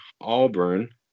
Auburn